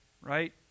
Right